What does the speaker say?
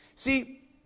see